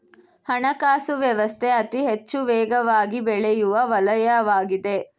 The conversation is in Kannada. ಹಣಕಾಸು ವ್ಯವಸ್ಥೆ ಅತಿಹೆಚ್ಚು ವೇಗವಾಗಿಬೆಳೆಯುವ ವಲಯವಾಗಿದೆ